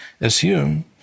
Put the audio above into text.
assume